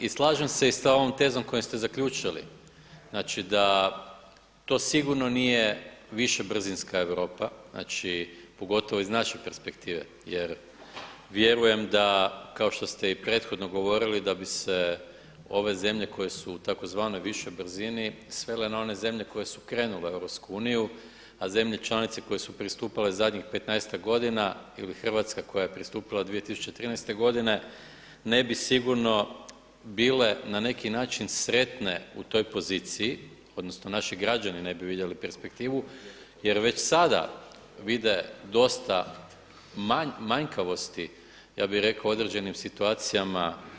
I slažem se i sa ovom tezom s kojom ste zaključili znači da to sigurno nije više brzinska Europa, znači pogotovo iz naše perspektive jer vjerujem da, kao što ste i prethodno govorili da bi se ove zemlje koje su u tzv. višoj brzini svele na one zemlje koje su krenule u EU a zemlje članice koje su pristupale zadnjih 15-ak godina ili Hrvatska koja je pristupila 2013. godine ne bi sigurno bile na neki način sretne u toj poziciji, odnosno naši građani ne bi vidjeli perspektivu jer već sada vide dosta manjkavosti, ja bih rekao u određenim situacijama.